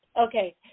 Okay